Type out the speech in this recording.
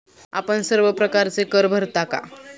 आपण सर्व प्रकारचे कर भरता का?